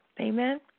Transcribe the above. Amen